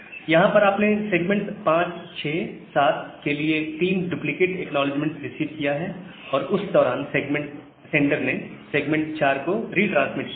यहां पर आपने सेगमेंट्स 5 6 7 के लिए 3 डुप्लीकेट एक्नॉलेजमेंट्स रिसीव किया है और उस दौरान सेंडर ने सेगमेंट 4 को रिट्रांसमिट किया है